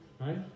right